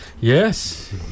Yes